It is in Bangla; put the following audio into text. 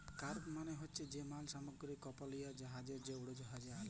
কার্গ মালে হছে যে মাল সামগ্রী কমপালিরা জাহাজে বা উড়োজাহাজে আলে